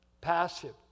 passive